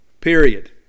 Period